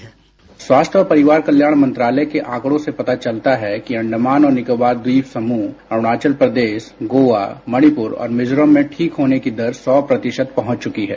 sound bite स्वास्थ्य और परिवार कल्याण मंत्रालय के आंकड़ों से पता चलता है कि अंडमान और निकोबार द्वीप समूह अरूणाचल प्रदेश गोवा मणिप्र और मिजोरम में ठीक होने की दर सौ प्रतिशत तक पहुंच चुकी है